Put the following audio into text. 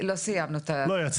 לא סיימנו --- לא,